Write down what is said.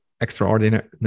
Extraordinary